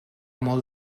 molt